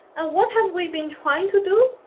and what have we been trying to do?